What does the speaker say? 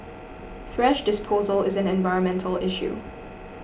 thrash disposal is an environmental issue